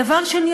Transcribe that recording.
דבר שני,